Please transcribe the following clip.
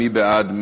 מי בעד?